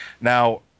Now